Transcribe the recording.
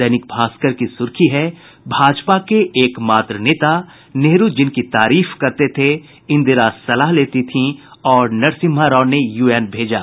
दैनिक भास्कर की सुर्खी है भाजपा के एक मात्र नेता नेहरू जिनकी तारीफ करते थे इंदिरा सलाह लेती थीं और नरसिम्हा राव ने यूएन भेजा